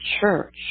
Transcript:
church